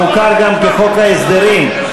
המוכר גם כחוק ההסדרים,